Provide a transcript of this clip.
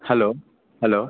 hello hello